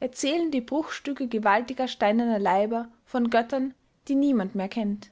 erzählen die bruchstücke gewaltiger steinerner leiber von göttern die niemand mehr kennt